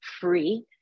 free